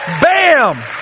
Bam